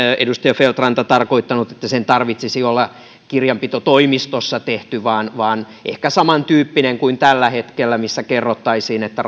edustaja feldt ranta tarkoittanut että sen tarvitsisi olla kirjanpitotoimistossa tehty vaan vaan ehkä samantyyppinen kuin tällä hetkellä missä kerrottaisiin että